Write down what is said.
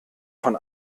von